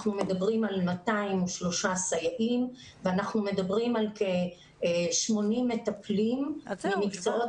אנחנו מדברים על 203 סייעים ואנחנו מדברים על כ-8-0 מטפלים במקצועות